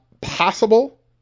possible